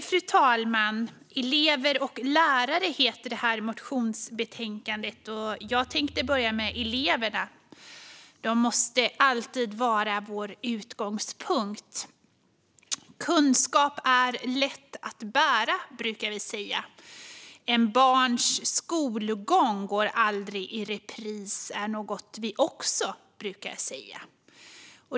Fru talman! Lärare och elever heter det här motionsbetänkandet, och jag tänker börja med eleverna. De måste alltid vara vår utgångspunkt. Kunskap är lätt att bära, brukar vi säga. Ett barns skolgång går aldrig i repris, är något vi också brukar säga.